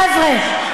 חבר'ה,